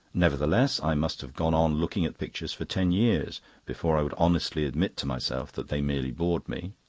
nevertheless, i must have gone on looking at pictures for ten years before i would honestly admit to myself that they merely bored me.